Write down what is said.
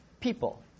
people